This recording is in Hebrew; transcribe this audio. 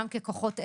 גם ככוחות עזר.